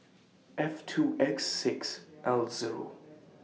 F two X six L Zero